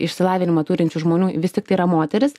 išsilavinimą turinčių žmonių vis tiktai yra moterys